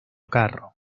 carro